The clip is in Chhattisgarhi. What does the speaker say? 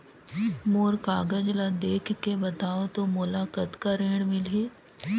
मोर कागज ला देखके बताव तो मोला कतना ऋण मिलही?